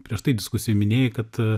prieš tai diskusijoj minėjai kad